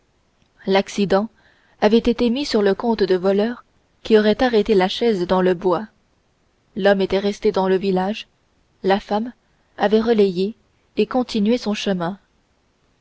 l'accident avait été mis sur le compte de voleurs qui auraient arrêté la chaise dans le bois l'homme était resté dans le village la femme avait relayé et continué son chemin